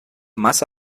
masse